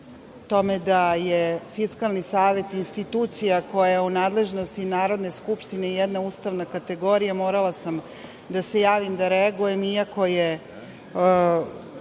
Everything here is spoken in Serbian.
tome da je Fiskalni savet institucija koja je u nadležnosti Narodne skupštine jedna ustavna kategorija, morala sam da se javim da reagujem, iako je